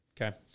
Okay